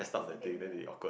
it's a bit weird